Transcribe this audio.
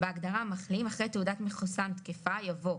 בהגדרה מחלים אחרי תעודת מחוסן תקפה יבוא,